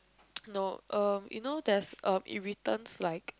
no uh you know uh there's irritants like